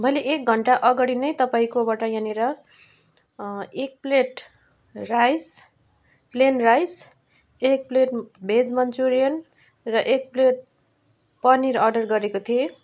मैले एक घन्टा अगाडि नै तपाईँकोबाट यहाँनिर एक प्लेट राइस प्लेन राइस एक प्लेट भेज मन्चुरियन र एक प्लेट पनिर अर्डर गरेको थिएँ